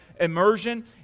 immersion